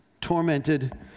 tormented